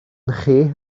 chi